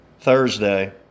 Thursday